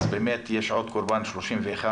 אז יש עוד קורבן 31,